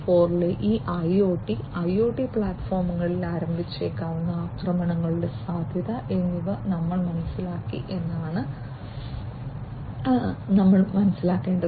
0 ലെ ഈ IoT IIoT പ്ലാറ്റ്ഫോമുകളിൽ ആരംഭിച്ചേക്കാവുന്ന ആക്രമണങ്ങളുടെ സാദ്ധ്യത എന്നിവ ഞങ്ങൾ മനസ്സിലാക്കി എന്നതാണ് ഞങ്ങൾ ചെയ്തത്